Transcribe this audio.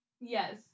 Yes